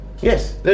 Yes